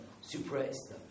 suppressed